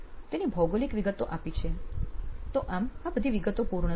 તેની ભૌગોલિક વિગતો આપી છે તો આમ બધી વિગતો પૂર્ણ થઈ